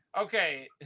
Okay